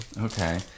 okay